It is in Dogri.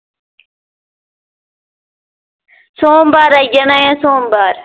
सोमवार आई जाना ऐ सोमवार